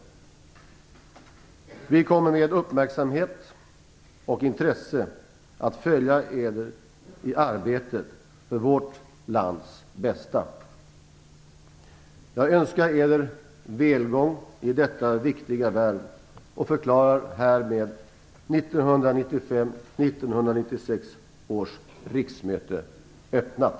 Vi kommer med uppmärksamhet och intresse att följa Eder i arbetet för vårt lands bästa. Jag önskar Eder välgång i detta viktiga värv och förklarar härmed 1995/96 års riksmöte öppnat.